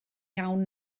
iawn